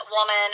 woman